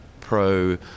pro